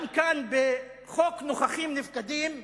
גם כאן, בחוק נוכחים-נפקדים,